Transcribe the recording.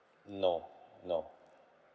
no no